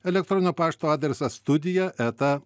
elektroninio pašto adresas studija eta